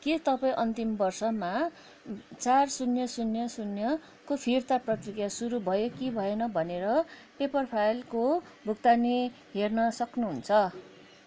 के तपाईँ अन्तिम वर्षमा चार शून्य शून्य शून्य शून्यको फिर्ता प्रक्रिया सुरु भयो कि भएन भनेर पेपरफायलको भुक्तानी हेर्न सक्नुहुन्छ